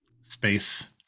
space